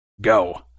Go